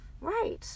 Right